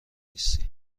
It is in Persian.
نیستی